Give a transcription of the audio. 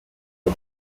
for